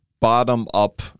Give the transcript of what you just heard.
bottom-up